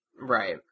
Right